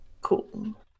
Cool